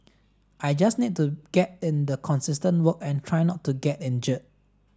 I just need to get in the consistent work and try not to get injured